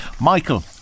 Michael